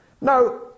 Now